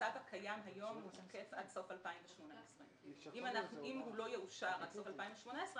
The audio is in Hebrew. הצו הקיים היום הוא תקף עד סוף 2018. אם הוא לא יאושר עד סוף 2018,